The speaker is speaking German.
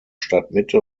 stadtmitte